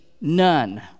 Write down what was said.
None